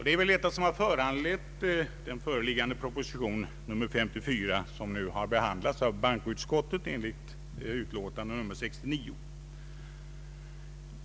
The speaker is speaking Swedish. Det är väl detta som har föranlett den proposition nr 154 som nu har behandlats av bankoutskottet i dess utlåtande nr 69.